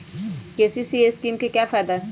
KCC scheme का फायदा क्या है?